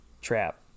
trap